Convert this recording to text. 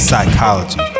Psychology